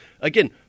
again